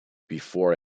before